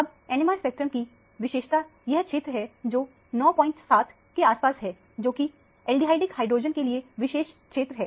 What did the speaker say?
अब NMR spectrum की विशेषता यह क्षेत्र है जो 97 के आसपास है जो कि एल्डिहाइडिक हाइड्रोजन के लिए विशेष क्षेत्र है